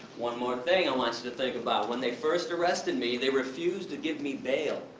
one more thing i want you to think about, when they first arrested me, they refused to give me bail.